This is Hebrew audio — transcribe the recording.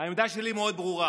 העמדה שלי מאוד ברורה: